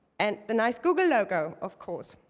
and the nice google logo, of course.